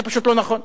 וזה פשוט לא נכון.